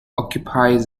occupies